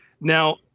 Now